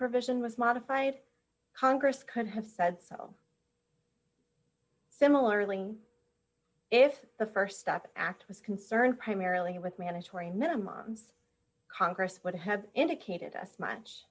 provision was modified congress could have said so similarly if the st step act was concerned primarily with mandatory minimums congress would have indicated us much